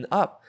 up